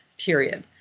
period